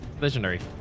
legendary